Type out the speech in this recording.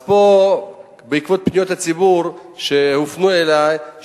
בעקבות פניות הציבור שהופנו אלי,